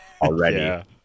already